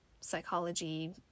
psychology